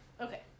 Okay